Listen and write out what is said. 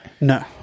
No